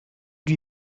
lui